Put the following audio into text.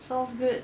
sounds good